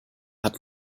hat